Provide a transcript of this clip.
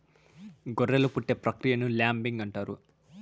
గొర్రెలు పుట్టే ప్రక్రియను ల్యాంబింగ్ అంటారు